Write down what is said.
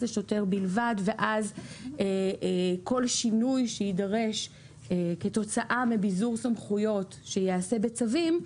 לשוטר בלבד ואז כל שינוי שיידרש כתוצאה מביזור סמכויות שייעשה בצווים,